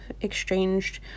exchanged